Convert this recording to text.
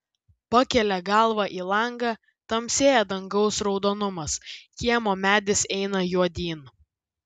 pakelia galvą į langą tamsėja dangaus raudonumas kiemo medis eina juodyn